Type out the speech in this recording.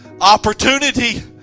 opportunity